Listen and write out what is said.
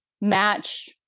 match